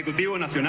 b one s, you're